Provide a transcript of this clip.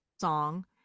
song